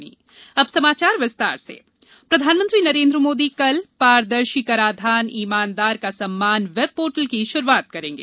web portal PM प्रधानमंत्री नरेन्द्र मोदी कल पारदर्शी कराधान ईमानदार का सम्मान वेब पोर्टल की शुरूआत करेंगे